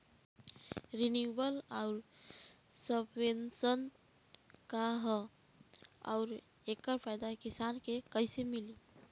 Renewable आउर subvention का ह आउर एकर फायदा किसान के कइसे मिली?